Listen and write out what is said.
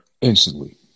instantly